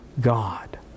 God